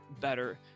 better